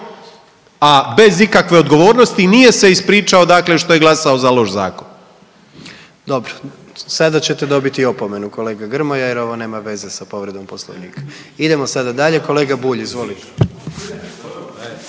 a bez ikakve odgovornosti i nije se ispričao dakle što je glasao za loš zakon. **Jandroković, Gordan (HDZ)** Dobro, sada ćete dobiti opomenu kolega Grmoja jer ovo nema veze sa povredom Poslovnika. Idemo sada dalje, kolega Bulj, izvolite.